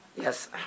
Yes